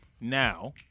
Now